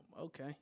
okay